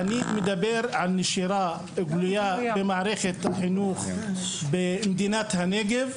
אני מדבר על נשירה גלויה במערכת החינוך במדינת הנגב.